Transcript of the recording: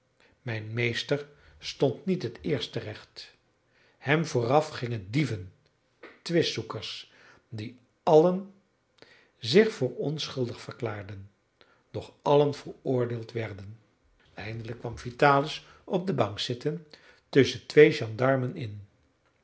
mijn meester stond niet het eerst terecht hem vooraf gingen dieven twistzoekers die allen zich voor onschuldig verklaarden doch allen veroordeeld werden eindelijk kwam vitalis op de bank zitten tusschen twee gendarmen in